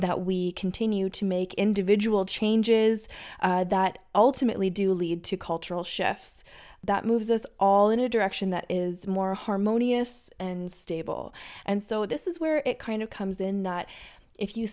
that we continue to make individual changes that ultimately do lead to cultural shifts that moves us all in a direction that is more harmonious and stable and so this is where it kind of comes in that if you